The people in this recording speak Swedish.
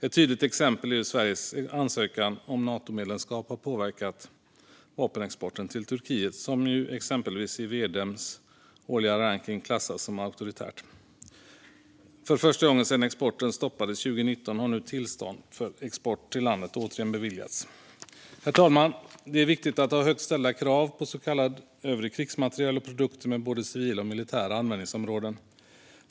Ett tydligt exempel är hur Sveriges ansökan om Natomedlemskap påverkat vapenexporten till Turkiet, som ju exempelvis i V-Dems årliga rankning klassas som auktoritärt. För första gången sedan exporten stoppades 2019 har nu tillstånd för export till landet återigen beviljats. Herr talman! Det är viktigt att ha högt ställda krav på så kallad övrig krigsmateriel och produkter med både civila och militära användningsområden.